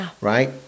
right